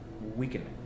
weakening